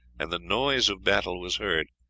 and the noise of battle was heard,